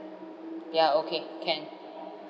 yeah okay can